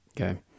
Okay